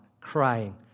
crying